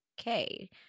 okay